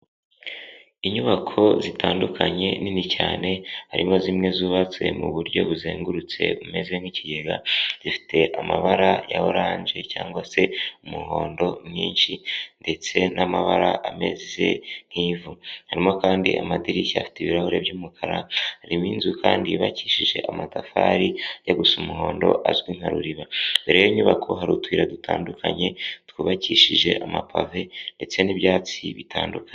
Inyubako zitandukanye nini cyane, harimo zimwe zubatswe mu buryo buzengurutse bumeze nk'ikigega, gifite amabara ya oranje cyangwa se umuhondo mwinshi ndetse n'amabara ameze nk'ivu, harimo kandi amadirishya afite ibirahuri by'umukara, harimo inzu kandi yubakishije amatafari yo gusa umuhondo azwi nka ruriba, mbere iyo nyubako hari utuyira dutandukanye twubakishije amapave ndetse n'ibyatsi bitandukanye.